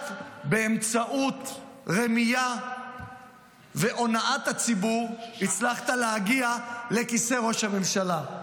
רק באמצעות רמייה והונאת הציבור הצלחת להגיע לכיסא ראש הממשלה.